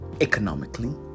economically